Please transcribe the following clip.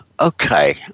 Okay